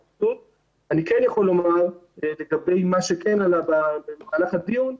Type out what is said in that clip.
--- אני כן יכול לומר לגבי מה שכן עלה במהלך הדיון,